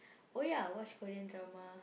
oh ya watch Korean drama